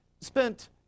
spent